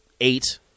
eight